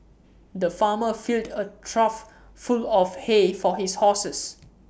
the farmer filled A trough full of hay for his horses